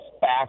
back